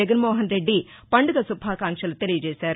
జగన్మోహన్రెడ్డి పండుగ శుభాకాంక్షలు తెలిపారు